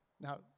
Now